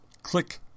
Click